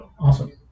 Awesome